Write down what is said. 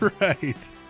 Right